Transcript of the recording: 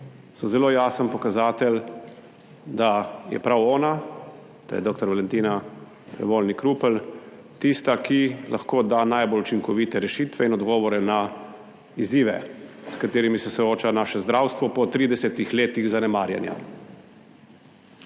so zelo jasen pokazatelj, da je prav ona, da je dr. Valentina Vojnik Rupel tista, ki lahko da najbolj učinkovite rešitve in odgovore na izzive, s katerimi se sooča naše zdravstvo po 30 letih zanemarjanja.